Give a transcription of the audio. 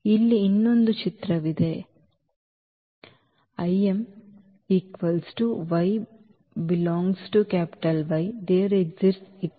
ಇಲ್ಲಿ ಇನ್ನೊಂದು ಚಿತ್ರವಿದೆ Im